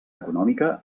econòmica